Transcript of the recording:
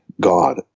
God